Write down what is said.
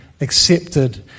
accepted